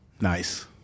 Nice